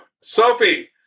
Sophie